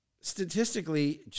Statistically